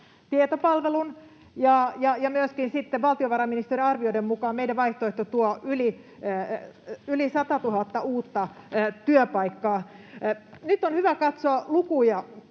tietopalvelun ja myöskin valtiovarainministeriön arvioiden mukaan meidän vaihtoehtomme tuo yli 100 000 uutta työpaikkaa. Nyt on hyvä katsoa lukuja,